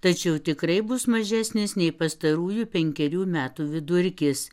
tačiau tikrai bus mažesnis nei pastarųjų penkerių metų vidurkis